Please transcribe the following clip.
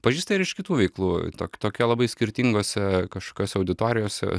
pažįsta ir iš kitų veiklų tok tokia labai skirtingose kažkokiose auditorijose